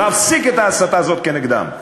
להפסיק את ההסתה הזאת כנגדם.